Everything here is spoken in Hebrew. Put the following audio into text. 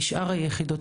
שאר היחידות,